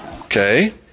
Okay